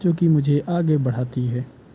جو کہ مجھے آگے بڑھاتی ہے